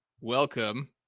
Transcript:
welcome